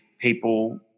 people